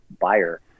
buyer